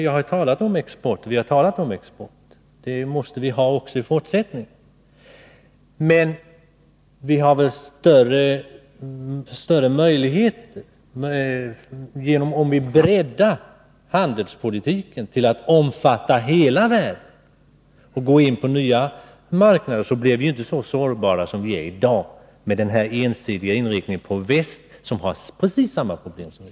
Vi har ju talat om export, och det måste vi också i fortsättningen ha. Men om man breddar handelspolitiken till att omfatta hela världen blir vi inte så sårbara som vi är i dag, med den här ensidiga inriktningen på väst, där man har precis samma problem som vi.